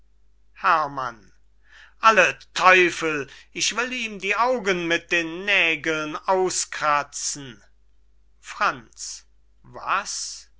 herrmann alle teufel ich will ihm die augen mit den nägeln auskratzen franz was